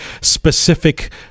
specific